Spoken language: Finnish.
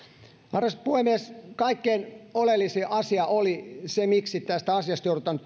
arvoisa puhemies kaikkein oleellisin asia miksi tästä asiasta joudutaan